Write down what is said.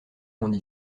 monde